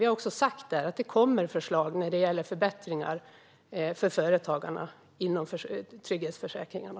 Vi har sagt att det kommer förslag på förbättringar för företagarna inom trygghetsförsäkringarna.